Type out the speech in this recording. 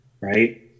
Right